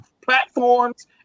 platforms